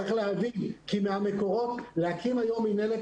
צריך להבין שאנחנו לא מתנגדים להקים היום מינהלת,